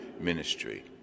ministry